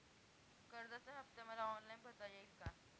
कर्जाचा हफ्ता मला ऑनलाईन भरता येईल का?